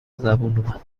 زبون